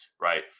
right